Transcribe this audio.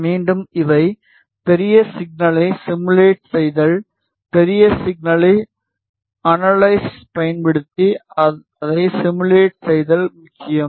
மீண்டும் இவை பெரிய சிக்னலை சிமுலேட் செய்தல் பெரிய சிக்னலை அனலிஸுக்குப் பயன்படுத்தி அதை சிமுலேட் செய்தல் முக்கியம்